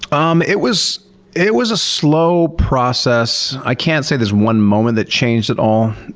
um it was it was a slow process. i can't say there's one moment that changed it all.